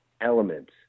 elements